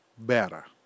better